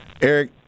Eric